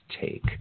take